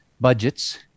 budgets